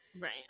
right